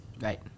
Right